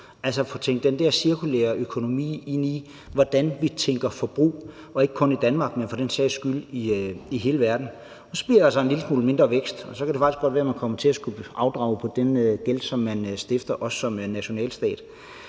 og få tænkt den der cirkulære økonomi ind i det, altså hvordan vi tænker forbrug, ikke kun i Danmark, men for den sags skyld i hele verden. Og så bliver der altså en lille smule mindre vækst, og så kan det faktisk godt være, at man kommer til at skulle afdrage på gæld, som man også som nationalstat